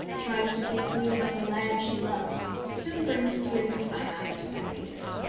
tries to take leave of the lad she loves, still brings tears to my eyes when i read it.